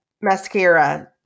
mascara